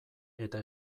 eta